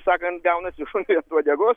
sakant gaunasi šuniui ant uodegos